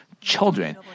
children